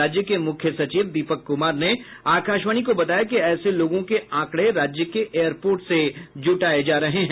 राज्य के मुख्य सचिव दीपक कुमार ने आकाशवाणी को बताया कि ऐसे लोगों के आंकडे राज्य के एयरपोर्ट से जुटाये जा रहे हैं